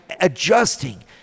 adjusting